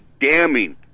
damning